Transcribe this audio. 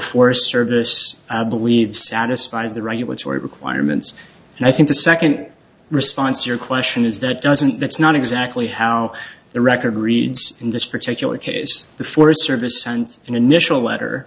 forest service believes satisfies the regulatory requirements and i think the second response to your question is that doesn't that's not exactly how the record reads in this particular case the forest service sense an initial letter